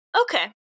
Okay